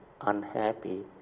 unhappy